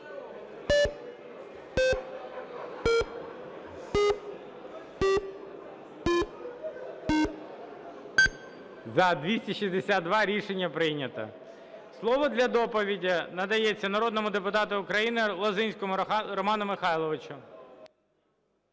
За-262 Рішення прийнято. Слово для доповіді надається народному депутату України Лозинському Роману Михайловичу.